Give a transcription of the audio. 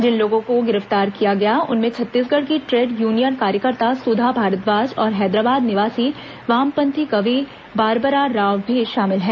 जिन लोगों को गिरफ्तार किया गया उनमें छत्तीसगढ़ की ट्रेड यूनियन कार्यकर्ता सुधा भारद्वाज और हैदराबाद निवासी वामपंथी कवि बारबरा राव भी शामिल है